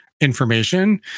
information